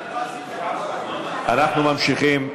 אנחנו ממשיכים.